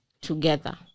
together